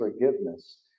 forgiveness